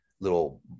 little